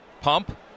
pump